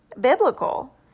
biblical